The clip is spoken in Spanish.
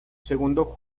segundo